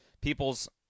people's